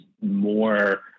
more